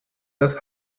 das